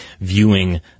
viewing